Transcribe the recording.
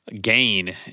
gain